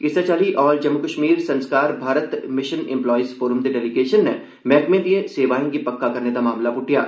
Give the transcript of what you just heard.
इस्सै चाल्ली all Jammu Kashmir Sanskar Bharat mission employees forum दे डेलीगेशन नै मैहकमे च सेवाएं गी पक्का करने दा मामला पुट्टेआ